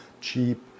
cheap